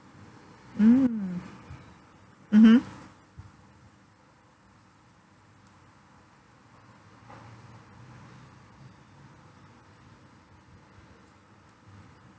mm mmhmm